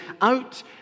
out